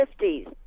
50s